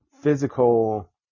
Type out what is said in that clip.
physical